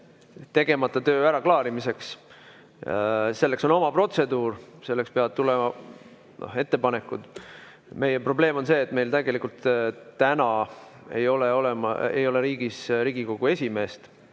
tegemata töö äraklaarimiseks. Selleks on oma protseduur, selleks peavad tulema ettepanekud. Meie probleem on see, et meil täna ei ole riigis Riigikogu esimeest,